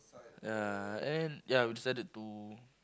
ya and ya we decided to